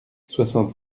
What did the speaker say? soixante